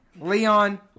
Leon